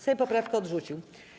Sejm poprawkę odrzucił.